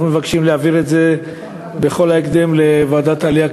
אנחנו מבקשים להעביר את זה בהקדם לוועדת העלייה,